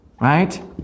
Right